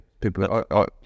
people